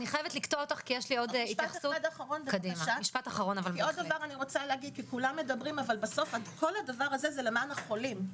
כל הדבר הזה הוא למען החולים.